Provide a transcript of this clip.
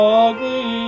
ugly